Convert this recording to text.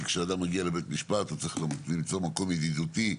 כי כשאדם מגיע לבית משפט הוא צריך למצוא מקום ידידותי,